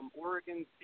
Oregon